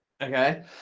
Okay